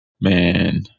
Man